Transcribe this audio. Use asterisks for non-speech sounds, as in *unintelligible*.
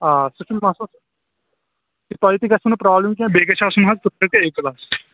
آ سُہ چھُنہٕ مَسلہٕ تۄہہِ تہِ گژھوٕ نہٕ پرٛابلِم بیٚیہِ گژھِ آسُن حظ *unintelligible* اَے کٕلاس